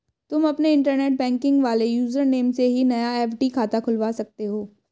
तुम अपने internet banking वाले यूज़र नेम से ही नया एफ.डी खाता खुलवा सकते हो